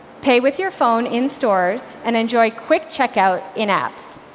pay with your phone in stores, and enjoy quick checkout in apps.